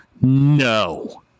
no